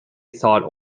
thought